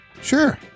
Sure